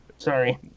Sorry